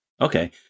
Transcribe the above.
Okay